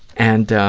and